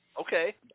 okay